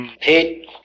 pete